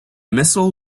missile